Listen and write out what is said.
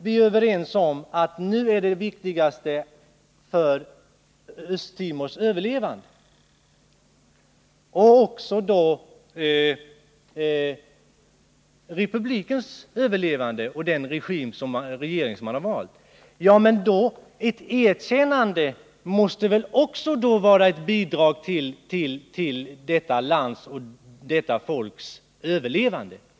Vi är överens om att det viktigaste är Östtimors överlevande, och därmed också republikens överlevande, liksom den regim som man där har valt. Men ett erkännande av Östtimor måste väl då också vara ett bidrag till detta lands och detta folks överlevnad?